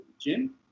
gym